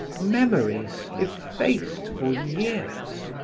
memories effaced for years.